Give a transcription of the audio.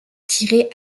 tirés